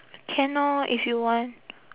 can orh if you want